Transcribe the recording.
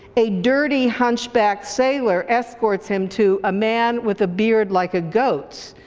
a dirty hunchbacked sailor escorts him to a man with a beard like a goat's.